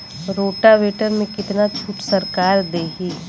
Rotavator में कितना छूट सरकार देही?